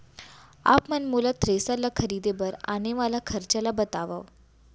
आप मन मोला थ्रेसर ल खरीदे बर आने वाला खरचा ल बतावव?